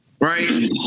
Right